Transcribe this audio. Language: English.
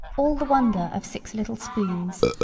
all the wonder of six little spoons,